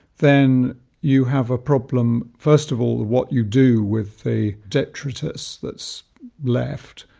then you have a problem. first of all, what you do with the detritus that's left.